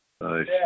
Nice